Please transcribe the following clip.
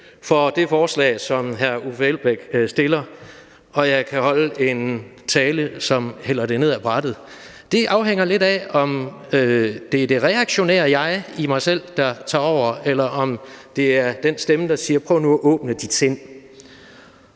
for det forslag, som hr. Uffe Elbæk m.fl. har fremsat, og jeg kan holde en tale, som hælder det ned ad brættet. Det afhænger lidt af, om det er det reaktionære jeg i mig selv, der tager over, eller om det er den stemme, der siger: Prøv nu at åbne dit sind.